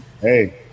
Hey